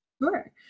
Sure